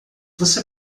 você